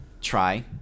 try